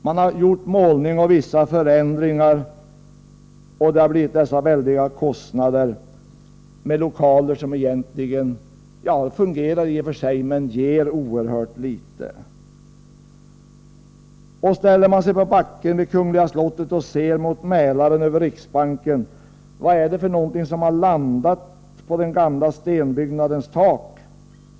Man har gjort målning och vissa förändringar, och vi har fått väldiga kostnader för lokaler som i och för sig fungerar, men som har gett oerhört litet. Och ställer man sig på backen vid kungliga slottet och ser mot Mälaren över riksbanken, måste man fråga sig: Vad är det som har landat på den gamla stenbyggnadens tak?